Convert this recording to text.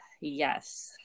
yes